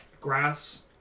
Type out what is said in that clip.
grass